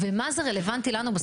ובמה זה רלוונטי לנו,